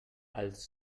als